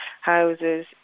houses